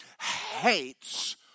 hates